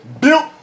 built